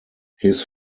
his